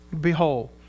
Behold